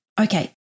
Okay